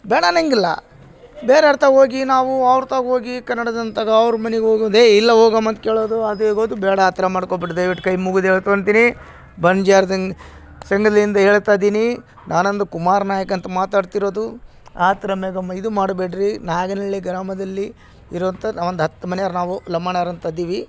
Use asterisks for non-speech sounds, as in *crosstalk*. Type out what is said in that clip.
ಬೇಡ ಅನ್ನೋಂಗಿಲ್ಲ ಬೇರೆ ಅವ್ರ ತಾವ ಹೋಗಿ ನಾವು ಅವ್ರ ತಾವ ಹೋಗಿ *unintelligible* ತಗೋ ಅವ್ರ ಮನೆಗೆ ಹೋಗಿದ್ದೆ ಇಲ್ಲ ಹೋಗಮ್ಮ ಅಂತ ಕೇಳೋದು ಅದು ಇರೋದು ಬೇಡ ಆ ಥರ ಮಾಡ್ಕೊಬೇಡಿ ದಯವಿಟ್ಟು ಕೈ ಮುಗ್ದು ಕೇಳ್ಕೊತೀನಿ *unintelligible* ಹೇಳ್ತಾ ಇದೀನಿ ನಾನೊಂದು ಕುಮಾರ್ ನಾಯಕ ಅಂತ ಮಾತಾಡ್ತಿರೋದು ಆ ತರದಾಗ ಇದು ಮಾಡಬೇಡ್ರಿ ನಾಗನಳ್ಳಿ ಗ್ರಾಮದಲ್ಲಿ ಇರುವಂಥ ಒಂದು ಹತ್ತು ಮನೆಯವ್ರು ನಾವು ಲಂಬಾಣಿಯವ್ರು ಅಂತ ಇದೀವಿ